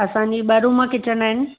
अंसाजी ॿ room kitchen आहिनि